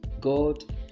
God